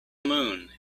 moon